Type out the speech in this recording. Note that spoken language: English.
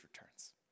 returns